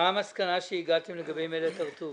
מה המסקנה שהגעתם אליה לגבי "מלט הר-טוב"